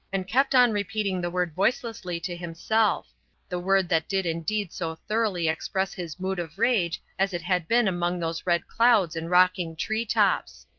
and kept on repeating the word voicelessly to himself the word that did indeed so thoroughly express his mood of rage as it had been among those red clouds and rocking tree-tops.